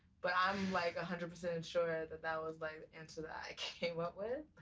but i'm, like, a hundred percent sure that that was, like, the answer that i came up with.